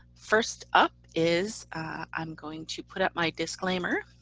first up is i'm going to put up my disclaimer.